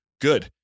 good